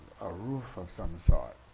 a roof of some sort.